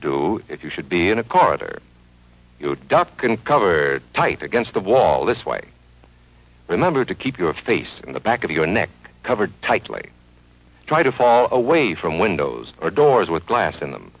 do if you should be in a card or duck and cover or type against the wall this way remember to keep your face in the back of your neck covered tightly try to fall away from windows or doors with glass in them